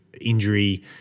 injury